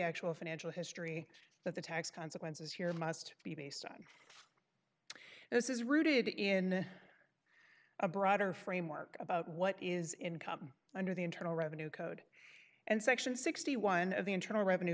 actual financial history that the tax consequences here must be based on and this is rooted in a broader framework about what is income under the internal revenue code and section sixty one dollars of the internal revenue